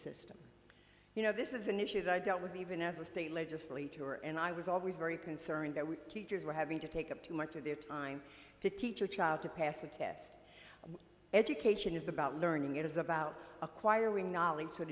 system you know this is an issue that i dealt with even as a state legislature and i was always very concerned that we teachers were having to take up too much of their time to teach a child to pass a test and education is about learning it is about acquiring